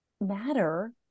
matter